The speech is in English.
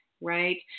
right